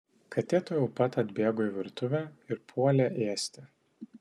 katė tuojau pat atbėgo į virtuvę ir puolė ėsti